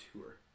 tour